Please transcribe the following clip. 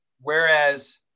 Whereas